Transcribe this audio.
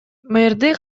мэрди